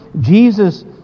Jesus